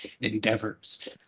endeavors